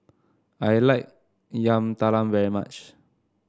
I like Yam Talam very much